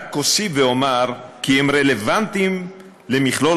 רק אוסיף ואומר כי הם רלוונטיים למכלול